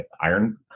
Iron